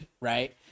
right